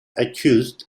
accused